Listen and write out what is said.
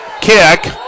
kick